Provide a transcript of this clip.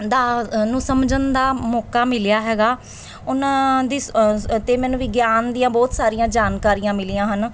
ਦਾ ਨੂੰ ਸਮਝਣ ਦਾ ਮੌਕਾ ਮਿਲਿਆ ਹੈਗਾ ਉਹਨਾਂ ਦੀ ਸ ਅਤੇ ਮੈਨੂੰ ਵਿਗਿਆਨ ਦੀਆਂ ਬਹੁਤ ਸਾਰੀਆਂ ਜਾਣਕਾਰੀਆਂ ਮਿਲੀਆਂ ਹਨ